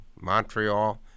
Montreal